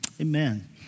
Amen